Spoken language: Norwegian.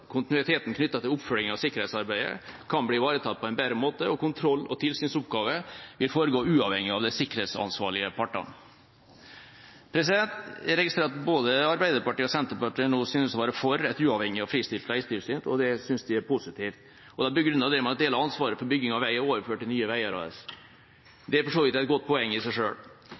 Kontinuiteten knyttet til oppfølgingen av sikkerhetsarbeidet kan bli ivaretatt på en bedre måte, og kontroll- og tilsynsoppgaver vil foregå uavhengig av de sikkerhetsansvarlige partene. Jeg registrerer at både Arbeiderpartiet og Senterpartiet nå synes å være for et uavhengig og fristilt veitilsyn, og det synes jeg er positivt. De begrunner det med at en del av ansvaret for bygging av vei er overført til Nye Veier AS. Det er for så vidt et godt poeng i seg